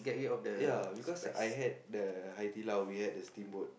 ya because I had the Hai Di Lao we had the steamboat